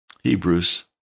Hebrews